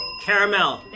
caramel